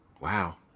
wow